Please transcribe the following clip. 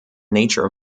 nature